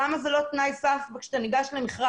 למה לא שמים את זה כתנאי סף כשניגשים למכרז